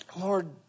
Lord